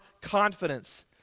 confidence